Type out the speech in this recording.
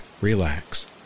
relax